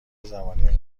زمانی